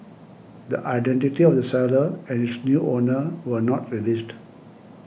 the identity of the seller and its new owner were not released